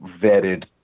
vetted